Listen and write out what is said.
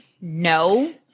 no